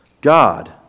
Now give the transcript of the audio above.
God